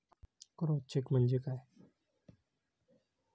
Cross check म्हणजे काय?